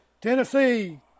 tennessee